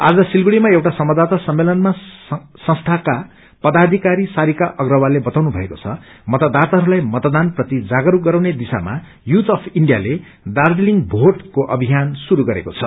आज सिलगढ़ीमा संवाददाता सम्मेलनमा संस्थाका पदाथिकारी सारिका अग्रवालले बताउनु भएको द मतदाताहरूलाई मतदान प्रति जागरूक गराउने दिशामा यूथ अफ इण्डियाले दार्जीलिङ भोट को अभिायन शुरू गरेको छ